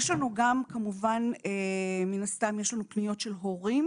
יש לנו גם כמובן פניות של הורים,